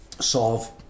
solve